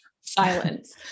silence